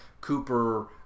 Cooper